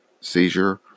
seizure